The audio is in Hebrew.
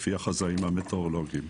לפי החזאים המטאורולוגיים.